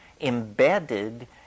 embedded